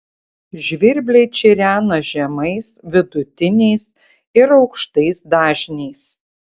žvirbliai čirena žemais vidutiniais ir aukštais dažniais